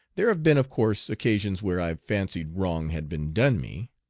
there have been of course occasions where i've fancied wrong had been done me.